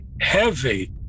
heavy